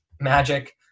Magic